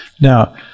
Now